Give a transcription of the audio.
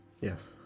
Yes